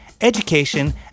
education